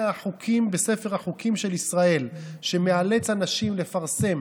החוקים בספר החוקים של ישראל שמאלץ אנשים לפרסם